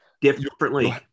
differently